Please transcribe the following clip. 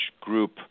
group